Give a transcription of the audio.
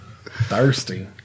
Thirsty